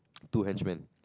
two henchmen